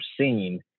seen